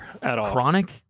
Chronic